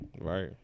Right